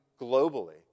globally